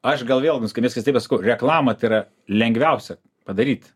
aš gal vėl nuskambės keistai bet reklama tai yra lengviausia padaryt